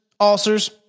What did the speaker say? ulcers